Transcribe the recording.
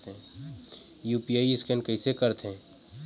UPI scan कइसे करथे?